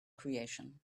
creation